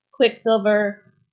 Quicksilver